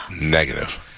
Negative